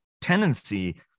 tendency